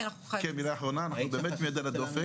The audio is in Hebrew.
אנחנו באמת עם יד על הדופק.